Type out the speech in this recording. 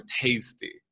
tasty